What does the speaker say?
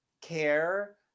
care